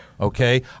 okay